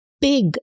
big